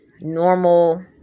normal